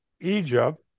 Egypt